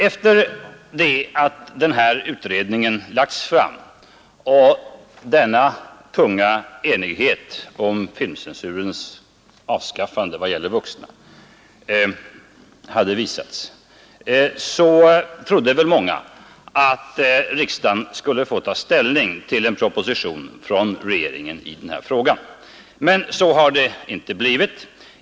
Efter det att utredningen lagts fram och denna tunga enighet om filmcensurens avskaffande i vad gäller vuxna hade visats trodde väl många att riksdagen skulle få ta ställning till en proposition från regeringen i den här frågan. Men så har det inte blivit.